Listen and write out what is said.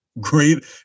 great